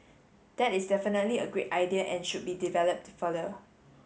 that is definitely a great idea and should be developed further